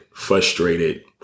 frustrated